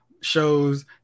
shows